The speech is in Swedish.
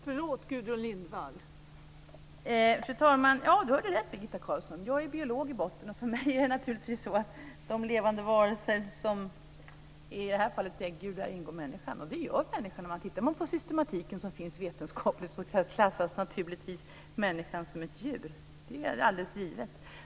Fru talman! Birgitta Carlsson hörde rätt. Jag är biolog i grunden, och för mig är det så att människan hör till däggdjuren. Ser man på den vetenskapliga systematiken klassas människan som ett djur, det är alldeles givet.